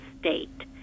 state